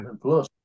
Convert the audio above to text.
plus